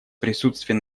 присутствие